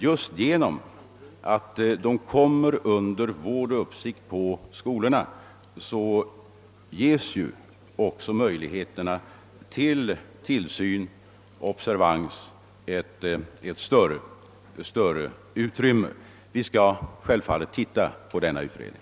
Just genom att ungdomarna kommer under vård och uppsikt på skolorna ges också större utrymme för tillsyn och observation. Vi skall självfallet titta närmare på denna utredning.